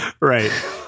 Right